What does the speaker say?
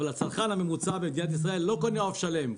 אבל הצרכן הממוצע במדינת ישראל לא קונה עוף שלם.